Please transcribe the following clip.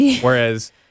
whereas